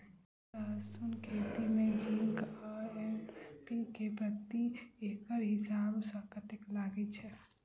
लहसून खेती मे जिंक आ एन.पी.के प्रति एकड़ हिसाब सँ कतेक लागै छै?